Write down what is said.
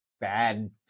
bad